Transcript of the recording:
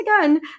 again